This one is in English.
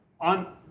On